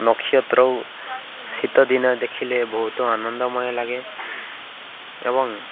ନକ୍ଷତ୍ର ଆଉ ଶୀତଦିନ ଦେଖିଲେ ବହୁତ ଆନନ୍ଦମୟ ଲାଗେ ଏବଂ